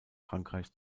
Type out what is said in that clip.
frankreich